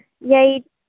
eight